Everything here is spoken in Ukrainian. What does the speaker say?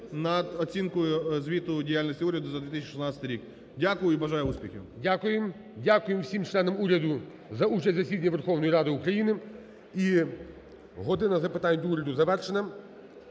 над оцінкою звіту діяльності Уряду за 2016 рік. Дякую і бажаю успіхів. ГОЛОВУЮЧИЙ. Дякуємо. Дякуємо всім членам уряду за участь в засіданні Верховної Ради України. І "година запитань до Уряду" завершена.